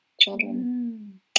children